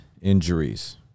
Injuries